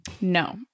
No